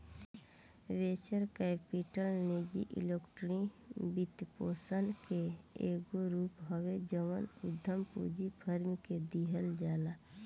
venture capital निजी equity वित्तपोषण के एगो रूप हवे जवन उधम पूंजी फार्म के दिहल जाला